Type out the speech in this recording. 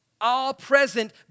all-present